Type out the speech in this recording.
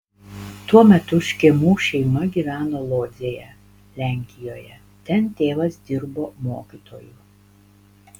tuo metu škėmų šeima gyveno lodzėje lenkijoje ten tėvas dirbo mokytoju